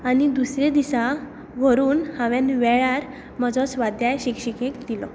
आनी दुसरे दिसा व्हरून हांवें वेळार म्हजो स्वाध्याय शिक्षिकेक दिलो